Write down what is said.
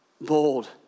bold